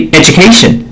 education